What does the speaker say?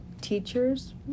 teachers